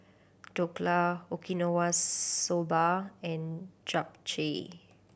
Dhokla Okinawa Soba and Japchae